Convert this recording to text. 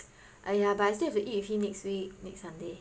!aiya! but I still have to eat with him next week next Sunday